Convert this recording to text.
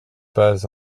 pas